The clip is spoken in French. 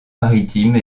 maritime